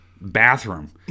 bathroom